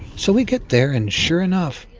so we get there and sure enough,